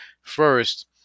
first